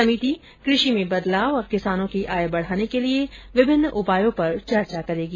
समिति क्रषि में बदलाव और किसानों की आय बढ़ाने के लिए विभिन्न उपायों पर चर्चा करेगी